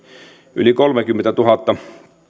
yli kolmekymmentätuhatta